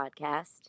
podcast